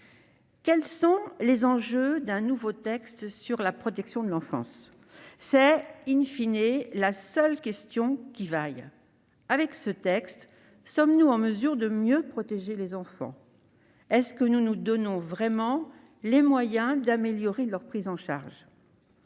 Quels sont les enjeux d'un nouveau texte sur la protection de l'enfance ?, c'est la seule question qui vaille. Avec ce texte, sommes-nous en mesure de mieux protéger les enfants ? Nous donnons-nous réellement les moyens d'améliorer leur prise en charge ?